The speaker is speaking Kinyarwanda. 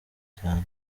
cyane